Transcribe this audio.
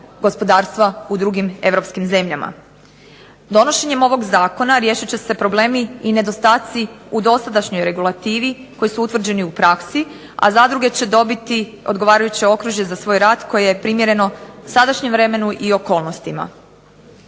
gospodarstva u drugim europskim zemljama. Donošenjem ovog zakona riješit će se problemi i nedostaci u dosadašnjoj regulativi koji su utvrđeni u praksi, a zadruge će dobiti odgovarajuće okružje za svoj rad koje je primjereno sadašnjem vremenu i okolnostima.